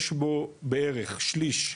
יש בו בערך שליש,